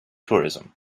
tourism